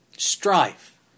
Strife